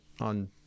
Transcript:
on